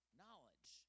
knowledge